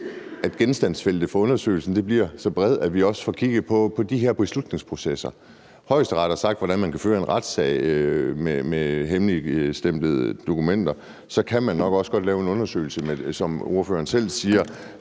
at genstandsfeltet for undersøgelsen bliver så bredt, at vi også får kigget på de her beslutningsprocesser. Højesteret har sagt, hvordan man kan føre en retssag med hemmeligstemplede dokumenter. Så kan man nok også, som ordføreren selv siger,